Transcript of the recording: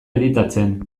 editatzen